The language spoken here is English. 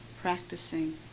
Practicing